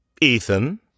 Ethan